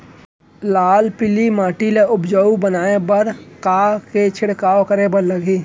लाल पीली माटी ला उपजाऊ बनाए बर का का के छिड़काव करे बर लागही?